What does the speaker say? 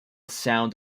sound